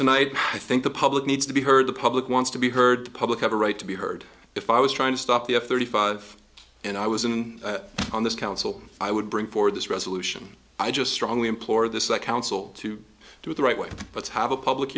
tonight i think the public needs to be heard the public wants to be heard the public have a right to be heard if i was trying to stop the f thirty five and i was in on this council i would bring forward this resolution i just strongly implore this i counsel to do it the right way let's have a public